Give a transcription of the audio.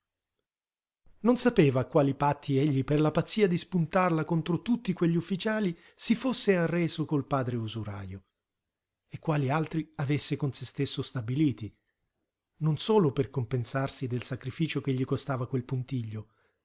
non sapeva a quali patti egli per la pazzia di spuntarla contro tutti quegli ufficiali si fosse arreso col padre usurajo e quali altri avesse con se stesso stabiliti non solo per compensarsi del sacrificio che gli costava quel puntiglio